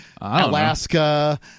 Alaska